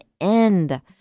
end